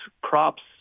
crops